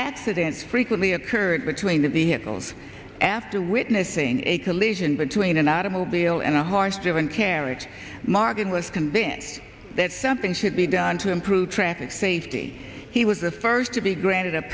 accidents frequently occurred between the vehicles after witnessing a collision between an automobile and a horse driven carriage martin was convinced that something should be done to improve traffic safety he was the first to be granted